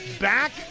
back